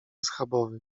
schabowy